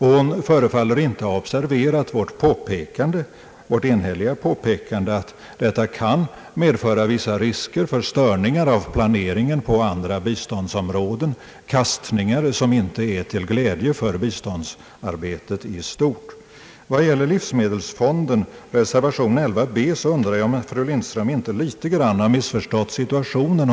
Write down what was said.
Hon förefaller inte ha observerat vårt enhälliga påpekande, att det kan medföra vissa risker för störningar av planeringen på andra biståndsområden — kastningar som inte är till glädje för biståndsarbetet i stort. Vad gäller livsmedelsfonden — reservation 11 b — så undrar jag om inte fru Lindström litet grand har missförstått situationen.